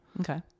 Okay